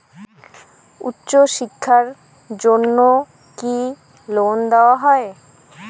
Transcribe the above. উচ্চশিক্ষার জন্য কি লোন দেওয়া হয়?